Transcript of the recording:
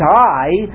die